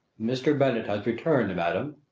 mr. bennet has returned, madam,